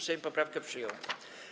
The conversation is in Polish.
Sejm poprawkę przyjął.